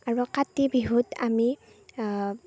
আৰু কাতি বিহুত আমি